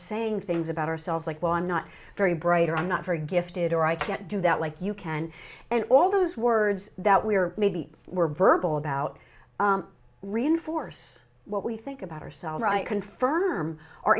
saying things about ourselves like well i'm not very bright or i'm not very gifted or i can't do that like you can and all those words that maybe we're verbal about reinforce what we think about ourselves confirm our